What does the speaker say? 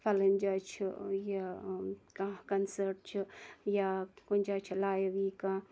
فِلٲنۍ جایہِ چھُ یہِ کانٛہہ کَنسٲٹ چھُ یا کُنہِ جایہِ چھُ لایِو یی کانٛہہ